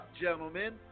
gentlemen